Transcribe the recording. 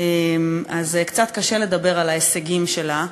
אז קצת קשה לדבר על ההישגים שלה.